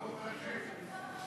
ברוך השם.